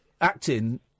acting